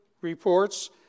reports